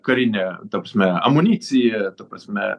karinę ta prasme amuniciją ta prasme